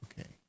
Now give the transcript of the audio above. Okay